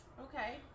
Okay